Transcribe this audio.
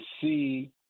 see